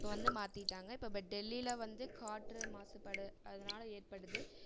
இப்போ வந்து மாற்றிட்டாங்க இப்போ பெட் டெல்லியில் வந்து காற்று மாசுபாடு அதனால ஏற்படுது